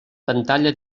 pantalla